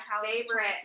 favorite